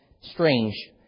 strange